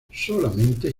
solamente